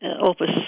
Opus